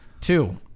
Two